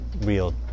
real